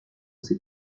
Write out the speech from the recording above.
ses